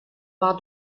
war